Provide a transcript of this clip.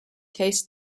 tastes